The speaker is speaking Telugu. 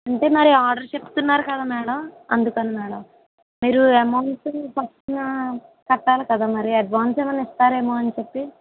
అంటే మరి ఆర్డర్ చెప్తున్నారు కదా మేడమ్ అందుకని మేడమ్ మీరు ఎమౌంట్ని ఫస్టున కట్టాలి కదా మరి అడ్వాన్స్ ఏమైనా ఇస్తారేమోనని చెప్పి